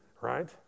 right